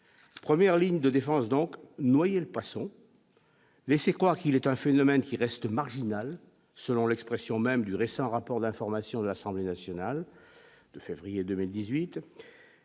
premières lignes de défense donc noyer le poisson. Laisser croire qu'il est un phénomène qui reste marginal, selon l'expression même du récent rapport d'information de l'Assemblée nationale de février 2018,